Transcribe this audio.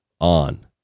on